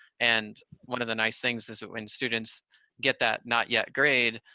and one of the nice things is when students get that not yet grade,